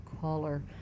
caller